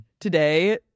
today